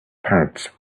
parts